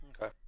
Okay